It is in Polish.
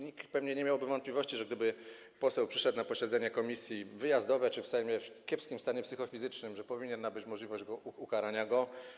Nikt pewnie nie miałby wątpliwości, że gdyby poseł przyszedł na posiedzenie komisji, wyjazdowe czy w Sejmie, w kiepskim stanie psychofizycznym, powinna być możliwość ukarania go.